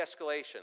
escalation